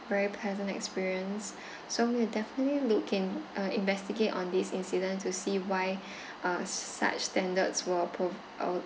very pleasant experience so we'll definitely look in uh investigate on these incidents to see why uh such standards were